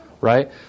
right